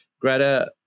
greta